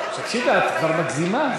תקשיבי, את כבר מגזימה.